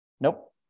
Nope